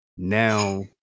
Now